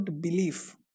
belief